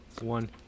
one